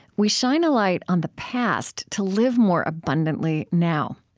we shine a light on the past to live more abundantly now.